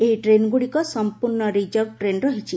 ଏହି ଟ୍ରେନ୍ଗୁଡ଼ିକ ସମ୍ପର୍ଣ୍ଣ ରିଜର୍ଭଡ୍ ଟ୍ରେନ୍ ରହିଛି